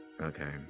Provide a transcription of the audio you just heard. Okay